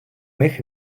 них